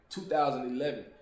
2011